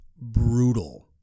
brutal